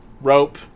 rope